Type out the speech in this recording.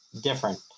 different